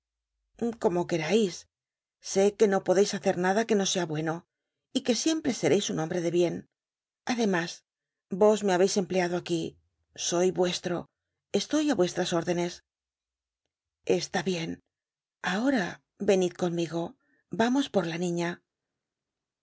como querais sé que no podeis hacer nada que no sea bueno y que siempre sereis un hombre de bien además vos me habeis empleado aquí soy vuestro estoy á vuestras órdenes está bien ahora venid conmigo vamos por la niña